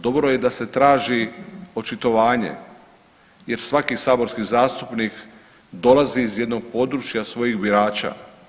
Dobro je da se traži očitovanje jer svaki saborski zastupnik dolazi iz jednog područja svojih birača.